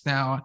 Now